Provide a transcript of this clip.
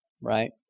right